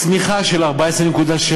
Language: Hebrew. צניחה של 14.7%,